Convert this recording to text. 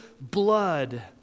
blood